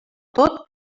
tot